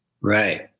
Right